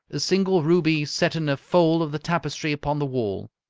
a single ruby set in a fold of the tapestry upon the wall.